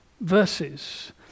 verses